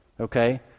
okay